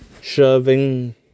shoving